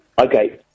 Okay